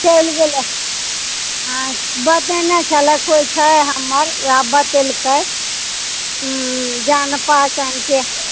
चलि गेलए हँ बतेने छलए केओ छै हमर ओएह बतेलकए जान पहचान कऽ